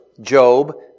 Job